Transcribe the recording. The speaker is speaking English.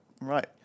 right